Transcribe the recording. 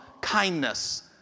kindness